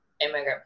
immigrant